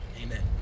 amen